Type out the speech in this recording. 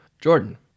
Jordan